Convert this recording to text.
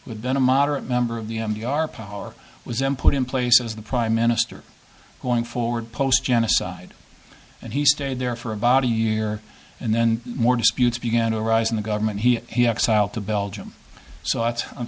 within a moderate member of the m t r power was employed in place as the prime minister going forward post genocide and he stayed there for about a year and then more disputes began to rise in the government he he exiled to belgium so it's i'm